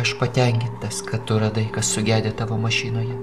aš patenkintas kad tu radai kas sugedę tavo mašinoje